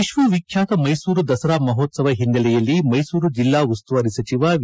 ವಿಶ್ವ ವಿಖ್ಯಾತ ಮೈಸೂರು ದಸರಾ ಮಹೋತ್ಪವ ಹಿನ್ನೆಲೆಯಲ್ಲಿ ಮೈಸೂರು ಜಿಲ್ಲಾ ಉಸ್ತುವಾರಿ ಸಚಿವ ವಿ